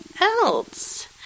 else